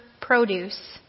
produce